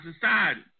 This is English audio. society